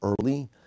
early